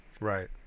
Right